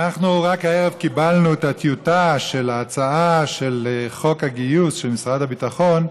אנחנו רק הערב קיבלנו את הטיוטה של ההצעה של חוק הגיוס של משרד הביטחון.